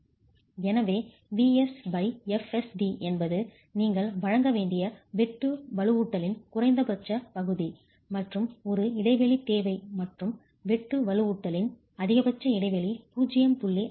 எனவே Vsfsd என்பது நீங்கள் வழங்க வேண்டிய வெட்டு வலுவூட்டலின் குறைந்தபட்ச பகுதி மற்றும் ஒரு இடைவெளி தேவை மற்றும் வெட்டு வலுவூட்டலின் அதிகபட்ச இடைவெளி 0